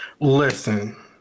Listen